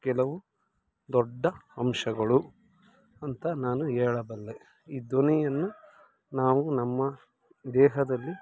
ಕೆಲವು ದೊಡ್ಡ ಅಂಶಗಳು ಅಂತ ನಾನು ಹೇಳಬಲ್ಲೆ ಈ ಧ್ವನಿಯನ್ನು ನಾವು ನಮ್ಮ ದೇಹದಲ್ಲಿ